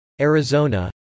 Arizona